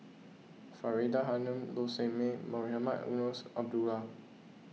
Faridah Hanum Low Sanmay Mohamed Eunos Abdullah